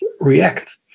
react